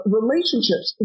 relationships